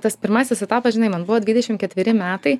tas pirmasis etapas žinai man buvo dvidešimt ketveri metai